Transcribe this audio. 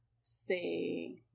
say